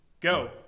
go